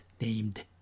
named